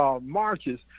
marches